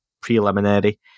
preliminary